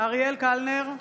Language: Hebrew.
אריאל קלנר,